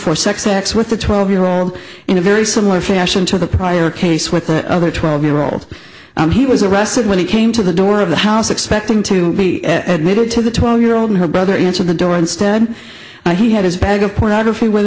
for sex acts with the twelve year old in a very similar fashion to the prior case with the other twelve year old and he was arrested when he came to the door of the house expecting to be admitted to the twelve year old and her brother into the door instead and he had his bag of pornography with